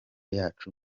yacu